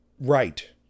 right